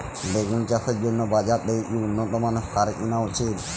বেগুন চাষের জন্য বাজার থেকে কি উন্নত মানের সার কিনা উচিৎ?